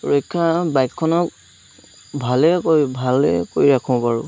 ৰক্ষণা বাইকখনক ভালেই কৰি ভালেই কৰি ৰাখোঁ বাৰু